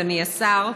אדוני השר,